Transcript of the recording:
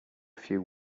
few